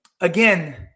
Again